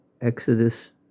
Exodus